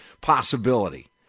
possibility